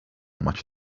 much